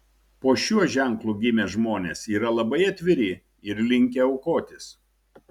po šiuo ženklu gimę žmonės yra labai atviri ir linkę aukotis